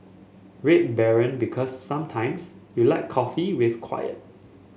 Red Baron Because sometimes you like coffee with quiet